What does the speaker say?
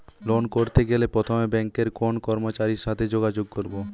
Loan করতে গেলে প্রথমে ব্যাঙ্কের কোন কর্মচারীর সাথে যোগাযোগ করব?